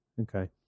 Okay